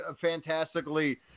fantastically